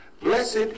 Blessed